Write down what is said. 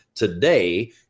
Today